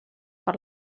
per